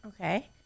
Okay